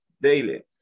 daily